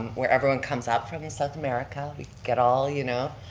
where everyone comes out from south america, get all, you know,